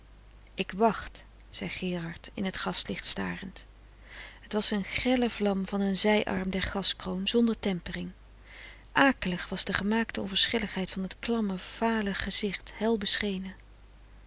ik wacht zei gerard in t gaslicht starend het was een grelle vlam van een zij arm der gaskroon zonder tempering akelig was de gemaakte onverschilligheid van het klamme vale gezicht hel beschenen